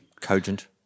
cogent